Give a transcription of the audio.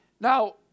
Now